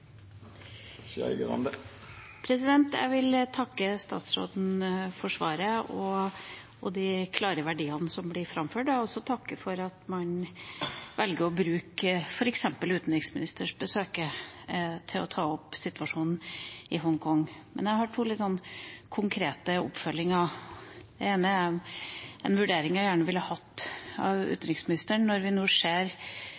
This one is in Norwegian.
Jeg vil takke statsråden for svaret og de klare verdiene som blir framført. Jeg vil også takke for at man velger å bruke f.eks. utenriksministerbesøk til å ta opp situasjonen i Hongkong. Men jeg har to litt konkrete oppfølginger. Det ene er en vurdering jeg gjerne ville hatt av